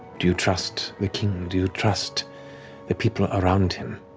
do you trust the king, do you trust the people around him?